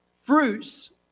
Fruits